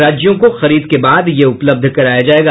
राज्यों को खरीद के बाद यह उपलब्ध कराया जायेगा